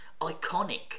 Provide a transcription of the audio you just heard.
iconic